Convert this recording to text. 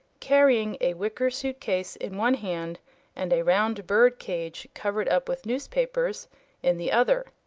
carrying a wicker suit-case in one hand and a round bird-cage covered up with newspapers in the other,